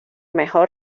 mejor